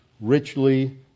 richly